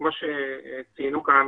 - כמו שציינו כאן